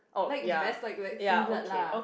like vest like like singlet lah